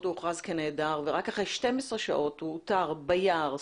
הוא הוכרז כנעדר ורק אחרי 12 שעות הוא אותר ביער,